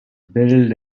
billed